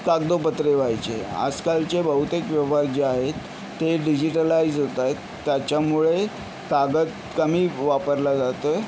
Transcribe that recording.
कागदोपत्री व्हायचे आजकालचे बहुतेक व्यवहार जे आहेत ते डिजिटलाईज होत आहेत त्याच्यामुळे कागद कमी वापरला जातोय